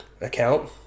account